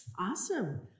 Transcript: Awesome